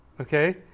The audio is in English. Okay